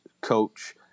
coach